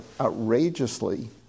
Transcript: outrageously